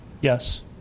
yes